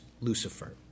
Lucifer